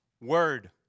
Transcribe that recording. word